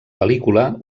pel·lícula